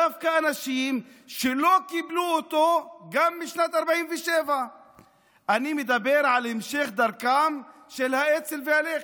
דווקא אנשים שלא קיבלו אותו גם בשנת 47'. אני מדבר על המשך דרכן של האצ"ל והלח"י.